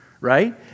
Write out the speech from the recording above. right